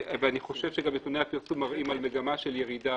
אני גם חושב שנתוני הפרסום מראים על מגמת ירידה